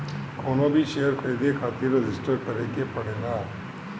कवनो भी शेयर खरीदे खातिर रजिस्टर करे के पड़ेला